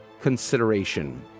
consideration